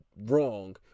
wrong